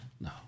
No